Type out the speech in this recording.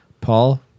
Paul